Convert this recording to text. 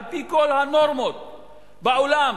על-פי כל הנורמות בעולם.